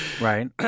right